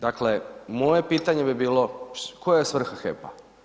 Dakle, moje pitanje bi bilo koja je svrha HEP-a?